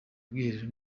ubwiherero